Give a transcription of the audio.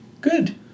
Good